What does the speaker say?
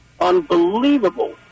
unbelievable